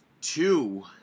two